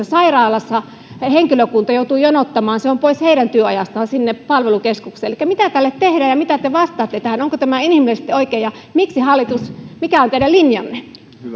sairaalassa henkilökunta joutuu jonottamaan se on pois heidän työajastaan sinne palvelukeskukseen mitä tälle tehdään ja mitä te vastaatte tähän onko tämä inhimillisesti oikein ja mikä on teidän linjanne